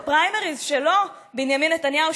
בפריימריז שלו בנימין נתניהו,